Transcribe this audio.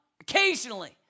Occasionally